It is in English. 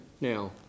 Now